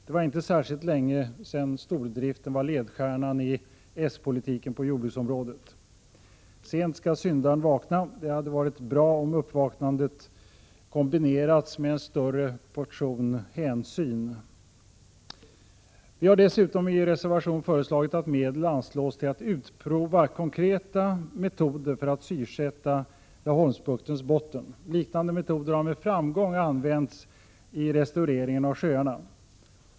Det var inte särskilt länge sedan stordriften var ledstjärnan i s-politiken på jordbruksområdet. Sent skall syndaren vakna. Det hade varit bra om uppvaknandet kombinerats med en större portion hänsyn. Vi har dessutom i reservation föreslagit att medel anslås till att utprova konkreta metoder för att syresätta Laholmsbuktens botten. Liknande metoder har med framgång använts i restaureringen av sjöar.